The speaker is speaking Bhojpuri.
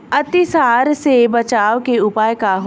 अतिसार से बचाव के उपाय का होला?